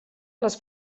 les